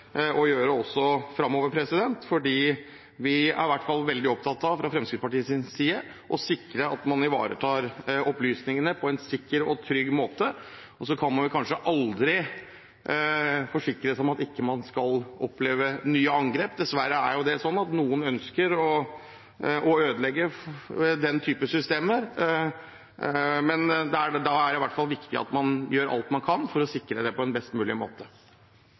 gjøre også framover. Vi, fra Fremskrittspartiets side, er i hvert fall veldig opptatt av å sikre at man ivaretar opplysningene på en sikker og trygg måte. Man kan kanskje aldri sikre seg mot å oppleve nye angrep – det er dessverre slik at noen ønsker å ødelegge denne typen systemer – men det er i hvert fall viktig at man gjør alt man kan for å sikre det på best mulig måte.